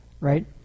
Right